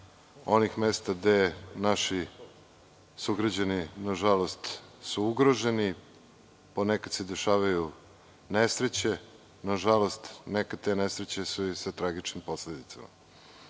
onih mesta gde su naši sugrađani, nažalost, ugroženi. Ponekad se dešavaju nesreće. Nažalost, nekad su te nesreće i sa tragičnim posledicama.U